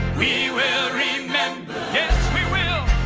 we will remember yes we will